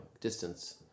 distance